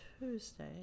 Tuesday